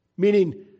Meaning